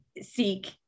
seek